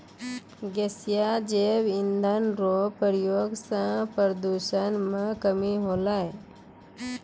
गैसीय जैव इंधन रो प्रयोग से प्रदूषण मे कमी होलै